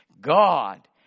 God